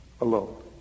alone